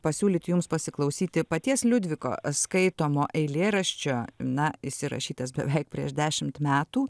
pasiūlyt jums pasiklausyti paties liudviko skaitomo eilėraščio na jis įrašytas beveik prieš dešimt metų